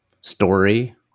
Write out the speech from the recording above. story